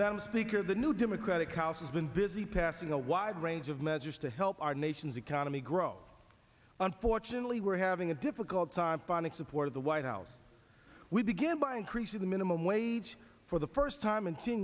speaker the new democratic house has been busy passing a wide range of measures to help our nation's economy grow unfortunately we're having a difficult time finding support of the white house we began by increasing the minimum wage for the first time in sen